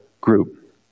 group